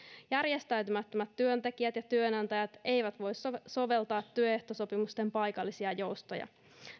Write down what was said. järjestäytymättömät työntekijät ja työnantajat eivät voi soveltaa työehtosopimusten paikallisia joustoja